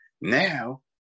Now